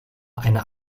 einer